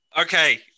Okay